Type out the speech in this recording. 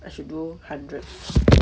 I should do hundred